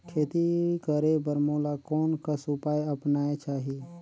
खेती करे बर मोला कोन कस उपाय अपनाये चाही?